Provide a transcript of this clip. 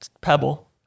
Pebble